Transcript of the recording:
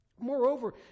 Moreover